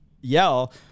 yell